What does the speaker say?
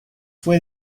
fue